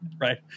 right